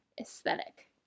aesthetic